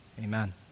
Amen